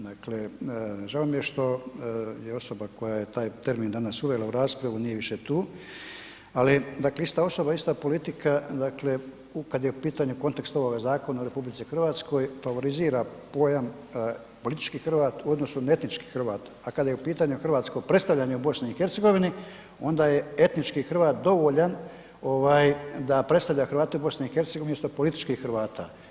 Dakle, žao mi je što je osoba koja je ta termin dana uvela u raspravu, nije više tu ali ista osoba, ista politika kad je u pitanju kontekst ovog zakona u RH, favorizira pojam politički Hrvat u odnosu na etnički Hrvat a kada je pitanju hrvatsko predstavljanje u BiH-u, onda je etnički Hrvat dovoljan da predstavlja Hrvate u BiH-u umjesto političkih Hrvata.